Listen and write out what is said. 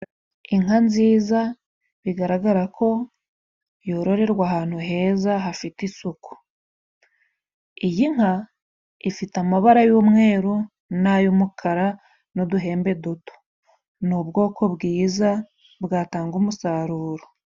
Inka nziza bigaragara ko yororerwa ahantu heza hafite isuku, iyi nka ifite amabara y'umweru, n'ay'umukara n'uduhembe duto, ni ubwoko bwiza bwatanga umusaruro.